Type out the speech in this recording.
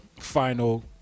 final